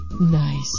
Nice